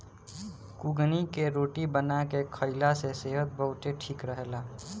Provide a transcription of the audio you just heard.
कुगनी के रोटी बना के खाईला से सेहत बहुते ठीक रहेला